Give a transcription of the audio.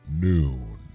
noon